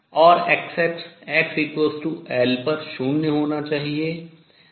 और Xx xL पर शून्य होना चाहिए